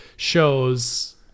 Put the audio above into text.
shows